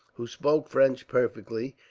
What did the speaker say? who spoke french perfectly,